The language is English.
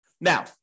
Now